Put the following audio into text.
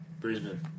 Brisbane